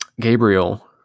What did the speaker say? Gabriel